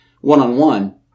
one-on-one